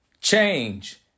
Change